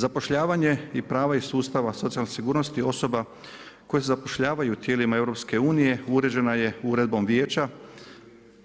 Zapošljavanje i prava iz sustava socijalne sigurnosti osoba koje se zapošljavaju u tijelima EU uređeno je Uredbom Vijeća